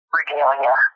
regalia